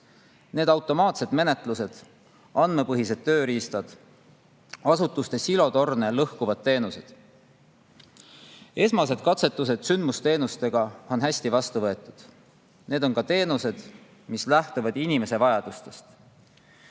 – automaatsed menetlused, andmepõhised tööriistad, asutuste silotorne lõhkuvad teenused. Esmased katsetused sündmusteenustega on hästi vastu võetud. Need on teenused, mis lähtuvad inimese vajadustest.